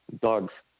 dog's